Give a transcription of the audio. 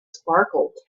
sparkled